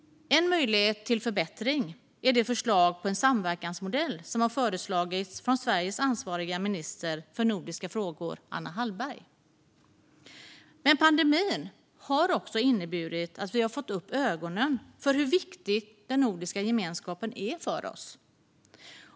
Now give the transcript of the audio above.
En möjlighet till förbättring är det förslag på en samverkansmodell som har föreslagits från Sveriges ansvariga minister för nordiska frågor, Anna Hallberg. Men pandemin har också inneburit att vi har fått upp ögonen för hur viktig den nordiska gemenskapen är för oss.